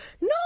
No